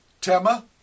tema